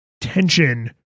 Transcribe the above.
tension